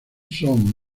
son